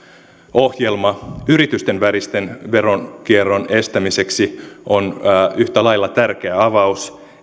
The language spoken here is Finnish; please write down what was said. ohjelma yritysten välisen veronkierron estämiseksi on yhtä lailla tärkeä avaus